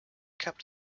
kept